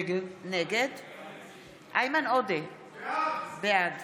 נגד איימן עודה, בעד